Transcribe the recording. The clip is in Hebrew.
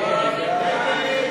לשנת הכספים 2014,